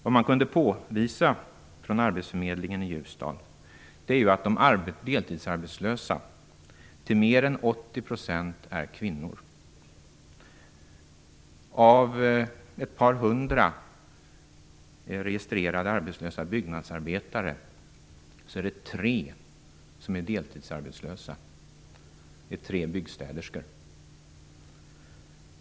Vad man kunde påvisa från arbetsförmedlingen i Ljusdal var att de deltidsarbetslösa till mer än 80 % är kvinnor. Av ett par hundra registrerade arbetslösa byggnadsarbetare är det tre som är deltidsarbetslösa, och de är byggstäderskor.